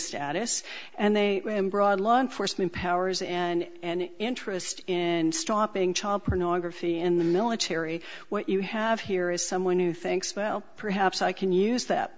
status and they brought law enforcement powers and interest in and stopping child pornography in the military what you have here is someone who thinks well perhaps i can use that